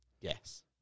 Yes